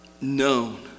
known